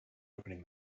opening